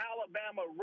Alabama